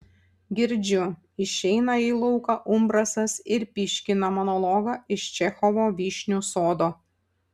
girdžiu išeina į lauką umbrasas ir pyškina monologą iš čechovo vyšnių sodo